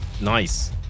Nice